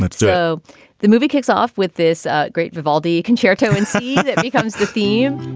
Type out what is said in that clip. let's show the movie kicks off with this great vivaldi's concerto and it becomes the theme.